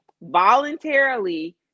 voluntarily